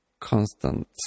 constant